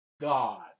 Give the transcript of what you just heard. God